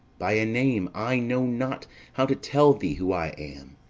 by a name i know not how to tell thee who i am.